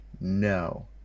no